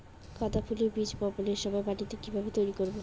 গাদা ফুলের বীজ বপনের সময় মাটিকে কিভাবে তৈরি করব?